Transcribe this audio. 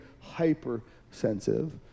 hypersensitive